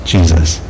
Jesus